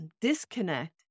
disconnect